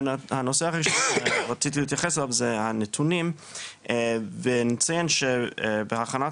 הנושא הראשון שרציתי להתייחס אליו זה הנתונים ונציין שבהכנת